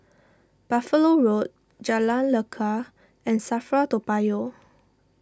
Buffalo Road Jalan Lekar and Safra Toa Payoh